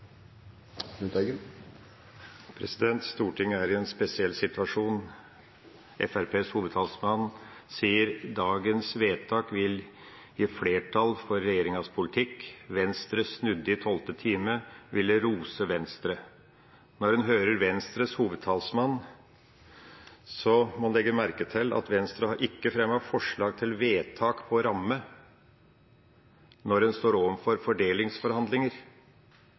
i en spesiell situasjon. Fremskrittspartiets hovedtalsmann sier at dagens vedtak vil gi flertall for regjeringas politikk, Venstre snudde i tolvte time – ville rose Venstre. Når en hører Venstres hovedtalsmann, må en legge merke til at Venstre ikke har fremmet forslag om vedtak om rammen når en står overfor fordelingsforhandlinger.